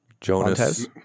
Jonas